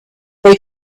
they